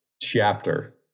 chapter